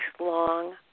long